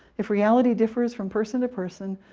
if reality differs from person to person,